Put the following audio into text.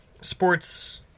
sports